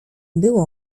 było